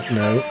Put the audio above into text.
no